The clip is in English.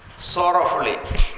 sorrowfully